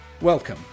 Welcome